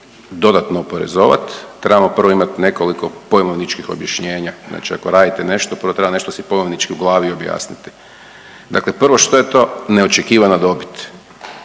dodatno oporezovat trebamo prvo imat nekoliko pojmovničkih objašnjenja, znači ako radite nešto prvo treba si nešto pojmovnički u glavi objasniti. Dakle prvo što je to neočekivana dobit?